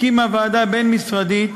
הקימה ועדה בין-משרדית